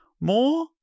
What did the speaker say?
More